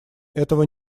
этого